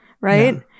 Right